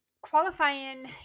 qualifying